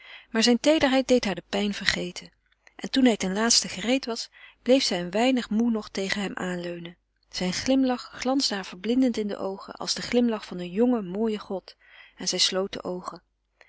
maar zijne teederheid deed haar de pijn vergeten en toen hij ten laatste gereed was bleef zij een weinig moê nog tegen hem aanleunen zijn glimlach glansde haar verblindend in de oogen als de glimlach van een jongen mooien god en zij sloot de oogen